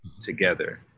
together